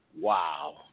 Wow